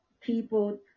people